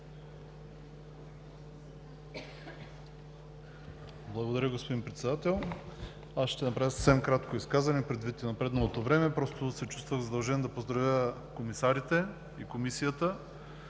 Благодаря, господин Председател. Аз ще направя съвсем кратко изказване, предвид напредналото време. Просто се чувствах задължен да поздравя комисарите и Комисията